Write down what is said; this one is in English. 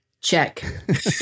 Check